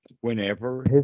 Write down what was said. whenever